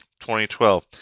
2012